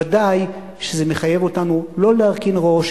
ודאי שזה מחייב אותנו לא להרכין ראש,